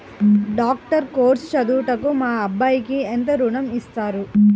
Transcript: Doctor course చదువుటకు మా అబ్బాయికి ఎంత ఋణం ఇస్తారు?